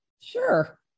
sure